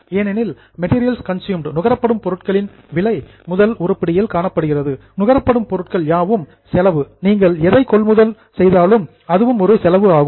ஏனெனில் material consumed நுகரப்படும் பொருட்களின் விலை முதல் உருப்படியில் காணப்படுகிறது நுகரப்படும் பொருட்கள் யாவும் எக்ஸ்பென்ஸ் செலவு நீங்கள் எதை கொள்முதல் செய்தாலும் அதுவும் ஒரு செலவு ஆகும்